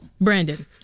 Brandon